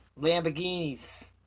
Lamborghinis